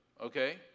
okay